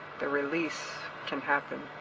the release can happen,